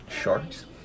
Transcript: Sharks